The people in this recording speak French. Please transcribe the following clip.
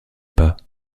pas